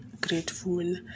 grateful